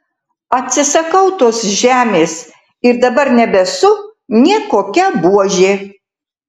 atsisakau tos žemės ir dabar nebesu nė kokia buožė